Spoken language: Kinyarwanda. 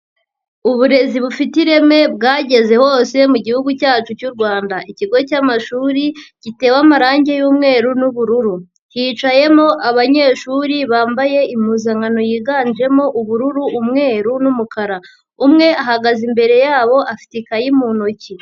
Uburezi bufite ireme bwageze hose mu Gihugu cyacu cy'u Rwanda, ikigo cy'amashuri gitewe amarangi y'umweru n'ubururu hicayemo abanyeshuri bambaye impuzankano yiganjemo ubururu, umweru n'umukara, umwe ahagaze imbere yabo afite ikayi mu ntoki.